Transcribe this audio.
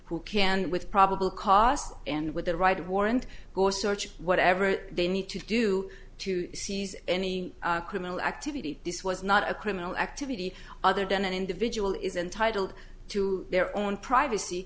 who can with probable cost and with the right warrant go search whatever they need to do to seize any criminal activity this was not a criminal activity other than an individual is entitled to their own privacy